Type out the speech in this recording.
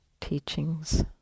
teachings